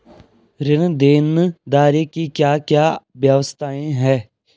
ऋण देनदारी की क्या क्या व्यवस्थाएँ हैं?